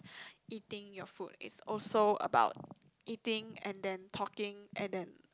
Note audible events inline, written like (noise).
(breath) eating your food is also about eating and then talking and then